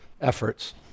efforts